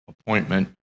appointment